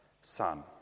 Son